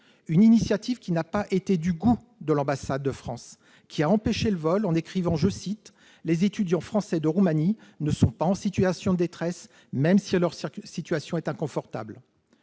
cette initiative n'a pas été du goût de l'ambassade de France, qui a empêché le vol en écrivant :« Les étudiants français de Roumanie ne sont pas en situation de détresse, même si leur situation est inconfortable. »